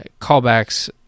callbacks